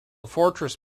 fortress